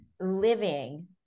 living